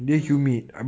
mm